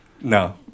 No